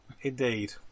Indeed